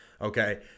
Okay